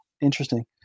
interesting